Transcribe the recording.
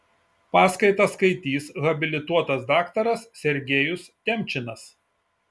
paskaitą skaitys habilituotas daktaras sergejus temčinas